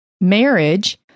marriage